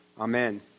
amen